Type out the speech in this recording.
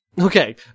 Okay